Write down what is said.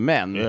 Men